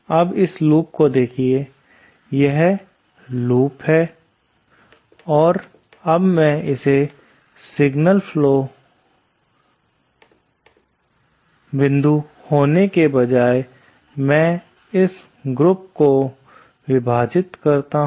अब इस लूप को देखिए यह लूप है और अब मैं इस सिंगल बिंदु होने के बजाय मैं इस ग्रुप को विभाजित करता हूं